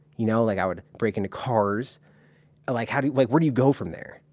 you know. like i would break into cars like, how do you, like where do you go from there?